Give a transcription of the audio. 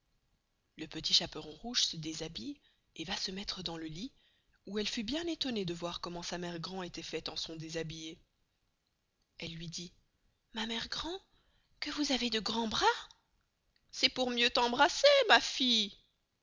le petit chaperon rouge se deshabille et va se mettre dans le lit où elle fut bien estonnée de voir comment sa mere grand estoit faite en son deshabillé elle luy dit ma mere grand que vous avez de grands bras c'est pour mieux t'embrasser ma fille